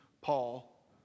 Paul